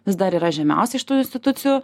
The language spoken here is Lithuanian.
vis dar yra žemiausia iš tų institucijų